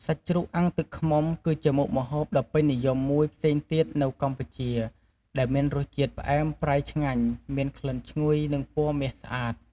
សាច់ជ្រូកអាំងទឹកឃ្មុំ គឺជាមុខម្ហូបដ៏ពេញនិយមមួយផ្សេងទៀតនៅកម្ពុជា ដែលមានរសជាតិផ្អែមប្រៃឆ្ងាញ់ មានក្លិនឈ្ងុយ និងពណ៌មាសស្អាត។